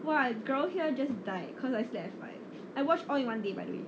!wah! girl here just died cause I slept at five I watch all in one day by the way